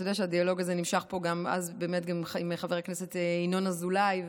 אתה יודע שהדיאלוג הזה נמשך פה אז גם עם חבר הכנסת ינון אזולאי,